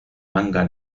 manga